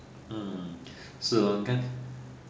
mm so 我看